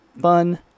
fun